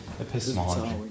Epistemology